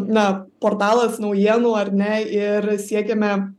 na portalas naujienų ar ne ir siekiame